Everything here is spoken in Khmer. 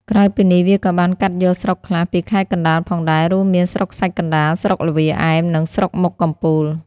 ក្រៅពីនេះ វាក៏បានកាត់យកស្រុកខ្លះពីខេត្តកណ្ដាលផងដែរ រួមមានស្រុកខ្សាច់កណ្តាល ស្រុកល្វាឯម និងស្រុកមុខកំពូល។